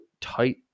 Tight